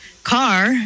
car